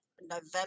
november